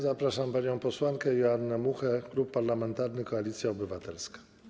Zapraszam panią posłankę Joannę Muchę, Klub Parlamentarny Koalicja Obywatelska.